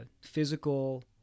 physical